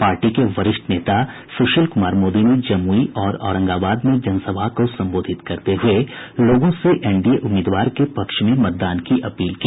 party के वरिष्ठ नेता सुशील कुमार मोदी ने जमुई और औरंगाबाद में जनसभा को संबोधित करते हुए लोगों से एनडीए उम्मीदवार के पक्ष में मतदान की अपील की